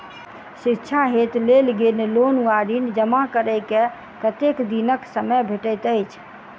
शिक्षा हेतु लेल गेल लोन वा ऋण जमा करै केँ कतेक दिनक समय भेटैत अछि?